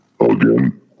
again